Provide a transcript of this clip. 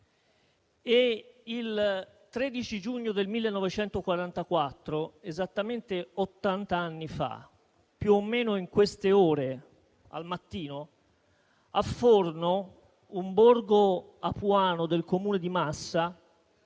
Il 13 giugno 1944, esattamente ottanta anni fa, più o meno in queste ore, a Forno, un borgo apuano del comune di Massa